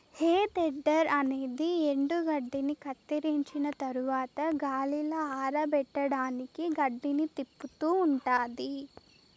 హే tedder అనేది ఎండుగడ్డిని కత్తిరించిన తరవాత గాలిలో ఆరపెట్టడానికి గడ్డిని తిప్పుతూ ఉంటాది